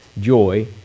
joy